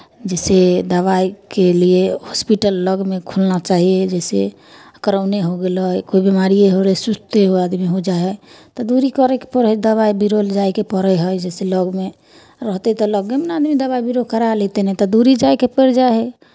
जइसे दबाइके लिए हॉस्पिटल लगमे खुलना चाहिए जइसे करोने हो गेलै कोइ बिमारिए हो गेलै सुस्ते आदमी हो जाइ हइ तऽ दूरी करयके पड़ै हइ दबाइ बीरो जायके पड़ै हइ जइसे लगमे रहतै तऽ लगेमे नहि आदमी दबाइ बीरो कराए लेतै नहि तऽ दूरी जायके पड़ि जाइ हइ